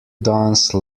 dance